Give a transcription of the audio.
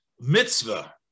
mitzvah